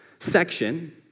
section